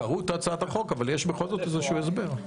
קראו, אבל יש בכל זאת איזשהו הסבר.